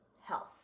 health